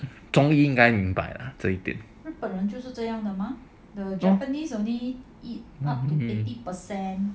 终于应该明白了这一点